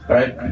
Right